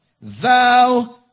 Thou